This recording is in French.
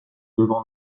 devant